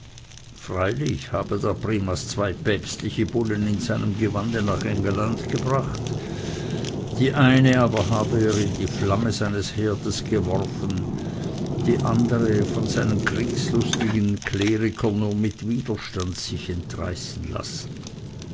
freilich habe der primas zwei päpstliche bullen in seinem gewande nach engelland gebracht die eine aber habe er in die flamme seines herdes geworfen die andere von seinen kriegslustigen klerikern nur mit widerstand sich entreißen lassen